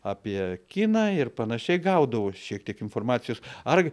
apie kiną ir panašiai gaudavo šiek tiek informacijos ar